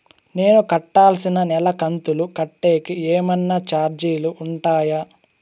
నేను కట్టాల్సిన నెల కంతులు కట్టేకి ఏమన్నా చార్జీలు ఉంటాయా?